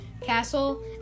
castle